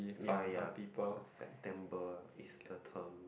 ya ya cause September is the tone